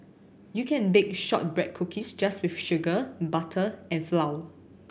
you can bake shortbread cookies just with sugar butter and flour